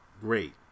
great